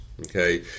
okay